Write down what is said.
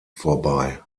vorbei